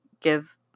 give